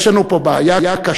יש לנו פה בעיה קשה,